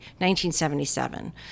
1977